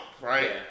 right